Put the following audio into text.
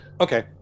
Okay